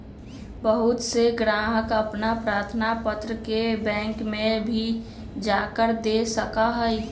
बहुत से ग्राहक अपन प्रार्थना पत्र के बैंक में भी जाकर दे सका हई